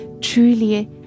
truly